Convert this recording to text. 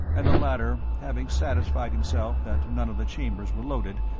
and the latter, having satisfied himself that none of the chambers were loaded,